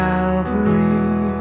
Calvary